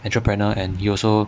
entrepreneur and he also